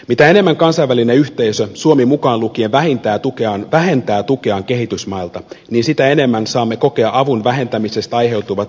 mitä enemmän kansainvälinen yhteisö suomi mukaan lukien vähentää tukeaan kehitysmailta sitä enemmän saamme kokea avun vähentämisestä aiheutuvia bumerangivaikutuksia